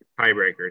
tiebreakers